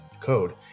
code